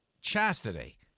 Chastity